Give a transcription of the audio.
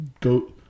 go